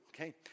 okay